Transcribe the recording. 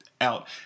Out